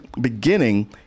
beginning